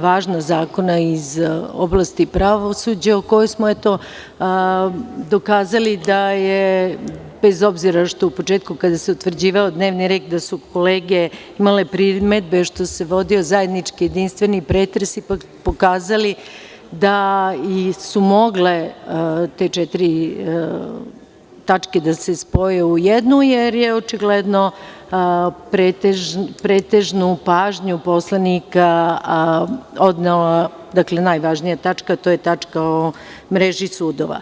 važna zakona iz oblasti pravosuđa, gde smo dokazali, bez obzira što su u početku kada se utvrđivao dnevni red kolege imale primedbe što se vodio zajednički jedinstveni pretres, da su ipak mogle te četiri tačke da se spoje u jednu, jer je očigledno pretežno pažnju poslanika odnela najvažnija tačka, a to je tačka o mreži sudova.